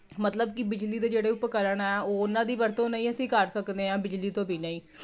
ਮਤਲਬ ਕਿ ਬਿਜਲੀ ਦੇ ਜਿਹੜੇ ਉਪਕਰਨ ਆ ਉਹ ਉਹਨਾਂ ਦੀ ਵਰਤੋਂ ਨਹੀਂ ਅਸੀਂ ਕਰ ਸਕਦੇ ਹਾਂ ਬਿਜਲੀ ਤੋਂ ਵੀ ਬਿਨਾ ਹੀ